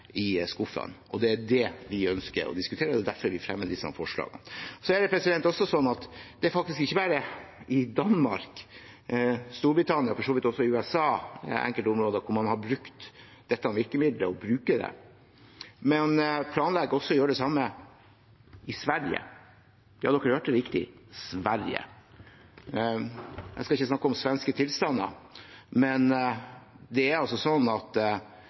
Det er det vi ønsker å diskutere, og det er derfor vi fremmer disse forslagene. Det er også sånn at det er faktisk ikke bare i Danmark, i Storbritannia og for så vidt også i enkelte områder i USA at man har brukt dette virkemidlet – og bruker det. Man planlegger også å gjøre det samme i Sverige. Ja, dere hørte riktig: Sverige. Jeg skal ikke snakke om svenske tilstander, men både Kristdemokraterna, Sverigedemokraterna og Moderaterna – altså